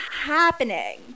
happening